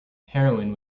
heroin